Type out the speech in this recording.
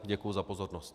Děkuji za pozornost.